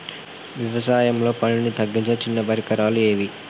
వ్యవసాయంలో పనిని తగ్గించే చిన్న పరికరాలు ఏవి?